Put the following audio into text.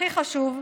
הכי חשוב,